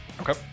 Okay